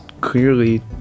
clearly